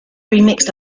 remixed